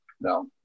no